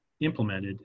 implemented